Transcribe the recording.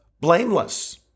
blameless